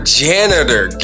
janitor